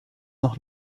noch